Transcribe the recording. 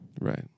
Right